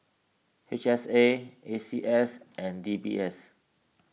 H S A A C S and D B S